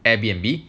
Airbnb